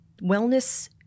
wellness